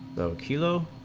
the kilo